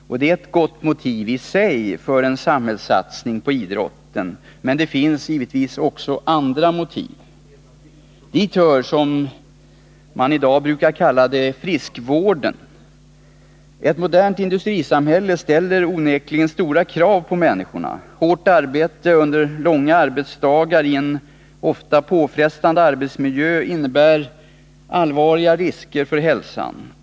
Det är ett gott motiv i sig för en samhällssatsning på idrotten, men det finns givetvis också andra motiv. Dit hör det som man i dag brukar kalla friskvården. Ett modernt industrisamhälle ställer onekligen stora krav på människorna. Hårt arbete under långa arbetsdagar i en ofta påfrestande arbetsmiljö innebär allvarliga risker för hälsan.